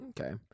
okay